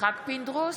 יצחק פינדרוס,